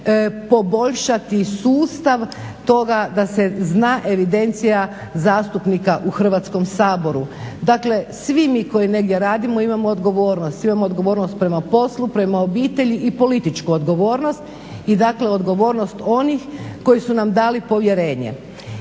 poboljšati sustav toga da se zna evidencija zastupnika u Hrvatskom saboru. Dakle svi mi koji negdje radimo imamo odgovornost, imamo odgovornost prema poslu, prema obitelji i političku odgovornost i odgovornost onih koji su nam dali povjerenje.